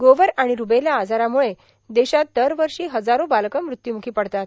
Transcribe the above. गोवर आणि रुबेला आजारामुळे देशात दरवर्षी हजारो बालके मृत्यूमुखी पडतात